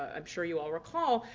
i'm sure you all recall,